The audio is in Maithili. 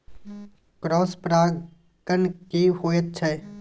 क्रॉस परागण की होयत छै?